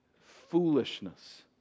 Foolishness